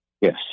Yes